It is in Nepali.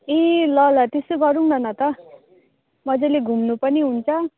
ए ल ल त्यसो गरौँ न त मजाले घुम्नु पनि हुन्छ